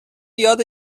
یاد